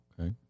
okay